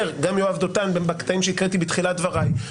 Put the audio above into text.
גם יואב דותן בקטעים שהקראתי בתחילת דבריי,